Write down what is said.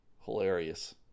Hilarious